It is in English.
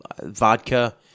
vodka